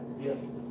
Yes